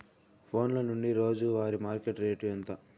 ఫోన్ల నుండి రోజు వారి మార్కెట్ రేటు ఎంత?